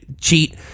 cheat